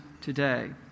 today